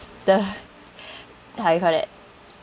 the how you call that